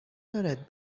دارد